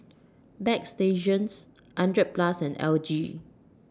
Bagstationz hundred Plus and L G